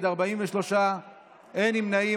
בדבר עברו המיני של נפגע עבירה (תיקוני חקיקה),